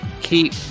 keep